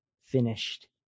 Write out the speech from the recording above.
finished